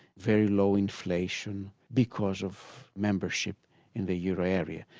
very low inflation, because of membership in the euro area.